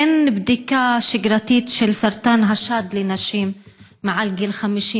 אין בדיקה שגרתית של סרטן השד לנשים מעל גיל 50,